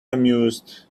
amused